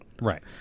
Right